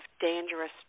dangerous